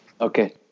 Okay